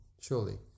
Surely